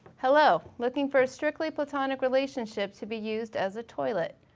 hello, looking for a strictly platonic relationship to be used as a toilet.